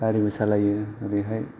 गारिबो सालायो ओरैहाय